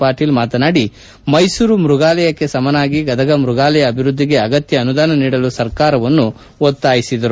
ಪಾಟೀಲ್ ಮಾತನಾಡಿ ಮೈಸೂರು ಮೃಗಾಲಯಕ್ಕೆ ಸಮನಾಗಿ ಗದಗ ಮೃಗಾಲಯ ಅಭಿವ್ಯದ್ಧಿಗೆ ಅಗತ್ಯ ಅನುದಾನ ನೀಡಲು ಸರ್ಕಾರವನ್ನು ಒತ್ತಾಯಿಸಿದರು